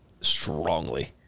strongly